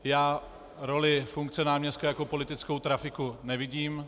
Já roli funkce náměstka jako politickou trafiku nevidím.